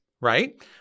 right